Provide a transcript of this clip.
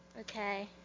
Okay